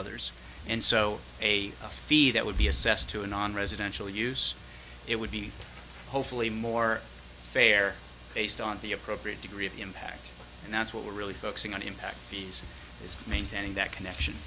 others and so a fee that would be assessed to an on residential use it would be hopefully more fair based on the appropriate degree of the impact and that's what we're really focusing on in these is maintaining that connection